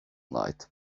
night